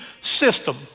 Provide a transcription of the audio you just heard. system